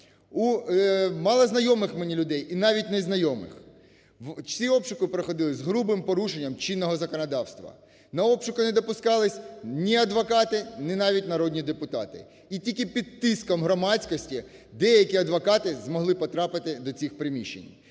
у малознайомих мені людей, і навіть незнайомих. Усі обшуки проходили з грубим порушенням чинного законодавства. На обшуки не допускались ні адвокати, ні навіть народні депутати. І тільки під тиском громадськості деякі адвокати змогли потрапити до цих приміщень.